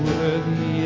Worthy